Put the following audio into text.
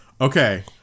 okay